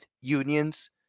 unions